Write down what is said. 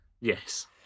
Yes